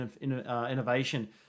innovation